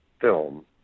film